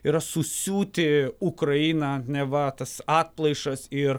yra susiūti ukrainą neva tas atplaišas ir